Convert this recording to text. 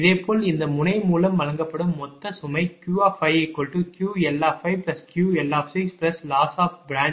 இதேபோல் இந்த முனை மூலம் வழங்கப்படும் மொத்த சுமை Q5QL5QL6loss of branch 5